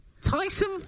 Tyson